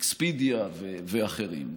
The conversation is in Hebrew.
אקספדיה ואחרים.